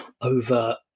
over